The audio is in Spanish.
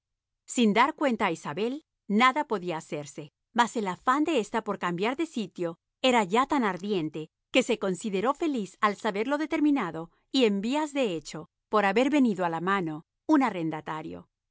n dar cuenta a isabel nada podía hacerse mas el afán de ésta por cambiar de sitio era ya tan ardiente que se consideró feliz al saber lo determinado y en vías de hecho por haber venido a la mano un arrendatario